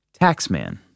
Taxman